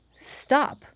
stop